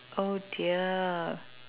oh dear